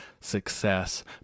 success